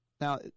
Now